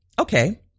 okay